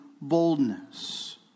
boldness